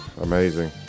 amazing